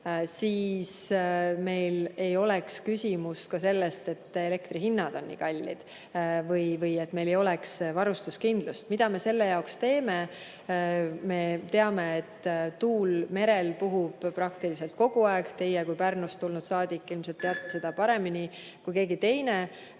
siis meil ei oleks küsimust, et elektrihinnad on nii kallid või meil ei ole varustuskindlust. Mida me selleks teeme? Me teame, et merel tuul puhub praktiliselt kogu aeg. Teie kui Pärnust tulnud saadik ilmselt teate seda paremini kui keegi teine.